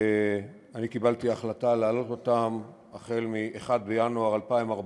אני קיבלתי החלטה להעלות אותם החל מ-1 בינואר 2014,